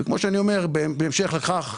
כמו שאני אומר בהמשך לכך,